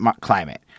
climate